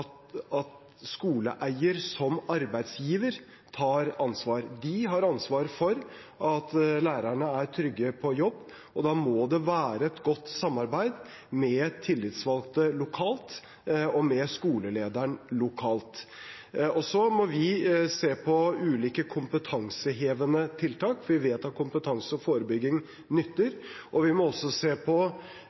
lærerne er trygge på jobb, og da må det være et godt samarbeid med tillitsvalgte lokalt og med skolelederen lokalt. Vi må se på ulike kompetansehevende tiltak, for vi vet at kompetanse og forebygging nytter. Vi må også se på